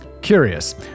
Curious